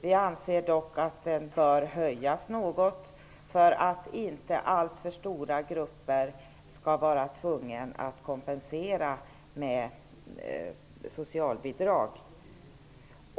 Vi anser dock att den bör höjas något för att inte alltför stora grupper skall vara tvungna att kompensera med socialbidrag.